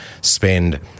spend